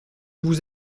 vous